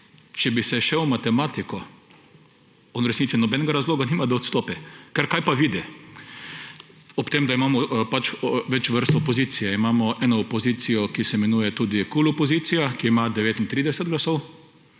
če bi se šel matematiko, on v resnici nobenega razloga nima, da odstopi. Kaj pa vidi, ob tem da imamo več vrst opozicije? Imamo eno opozicijo, ki se imenuje tudi KUL opozicija, ki ima 39 glasov.